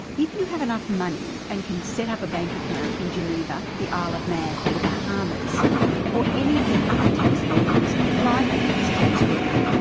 if you have enough money and can set up a bank account in geneva, the isle of man or the bahamas or any of the other tax havens, life is tax free.